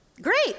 Great